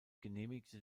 genehmigte